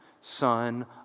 son